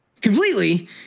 completely